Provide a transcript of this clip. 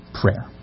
prayer